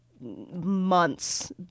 months